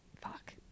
Fuck